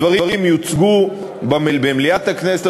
הדברים יוצגו במליאת הכנסת,